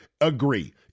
agree